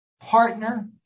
partner